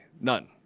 None